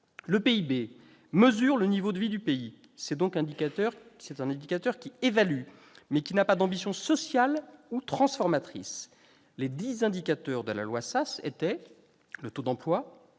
Le PIB mesure le niveau de vie du pays ; c'est donc un indicateur qui évalue, mais qui ne porte pas d'ambition sociale ou transformatrice. Les dix indicateurs de la loi Sas étaient le taux d'emploi,